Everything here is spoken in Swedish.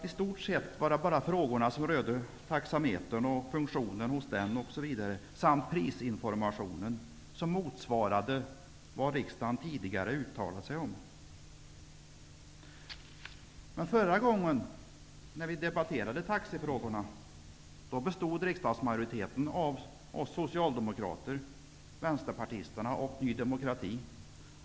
I stort sett var det bara frågorna om taxametern och dess funktion och prisinformationen som motsvarade vad riksdagen tidigare uttalat sig om. Förra gången som taxifrågorna debatterades bestod riksdagsmajoriteten av socialdemokrater, vänsterpartister och Ny demokrati.